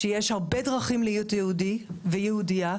שיש הרבה דרכים להיות יהודי ויהודייה,